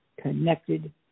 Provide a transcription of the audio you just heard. connected